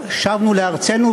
שבנו לארצנו,